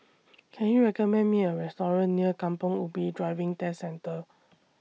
Can YOU recommend Me A Restaurant near Kampong Ubi Driving Test Centre